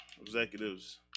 executives